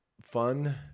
fun